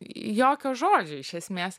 jokio žodžio iš esmės